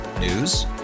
News